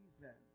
reason